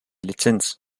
lizenz